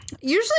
Usually